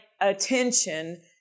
attention